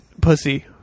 pussy